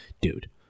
dude